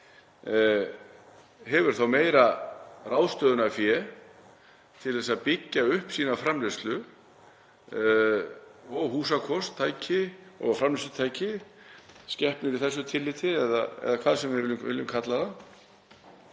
hefur þá meira ráðstöfunarfé til þess að byggja upp sína framleiðslu og húsakost, tæki og framleiðslutæki, skepnur í þessu tilliti eða hvað sem við viljum kalla það.